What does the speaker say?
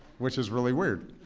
which is really weird